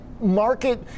market